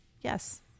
Yes